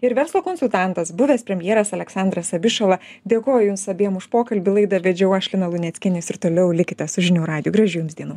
ir verslo konsultantas buvęs premjeras aleksandras abišala dėkoju jums abiem už pokalbį laidą vedžiau aš lina luneckienė jūs ir toliau likite su žinių radiju gražių jums dienų